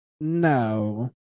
no